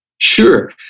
Sure